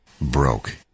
broke